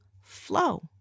flow